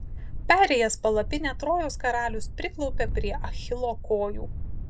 perėjęs palapinę trojos karalius priklaupia prie achilo kojų